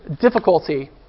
difficulty